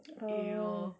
oh